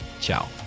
Ciao